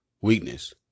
weakness